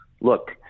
look—